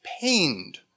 pained